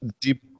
Deep